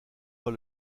pas